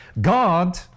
God